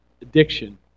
addiction